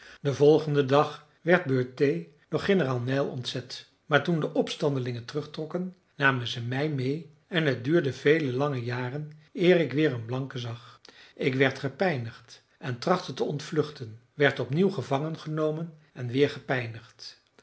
den volgenden dag werd burthee door generaal neill ontzet maar toen de opstandelingen terugtrokken namen zij mij mede en het duurde vele lange jaren eer ik weer een blanke zag ik werd gepijnigd en trachtte te ontvluchten werd opnieuw gevangen genomen en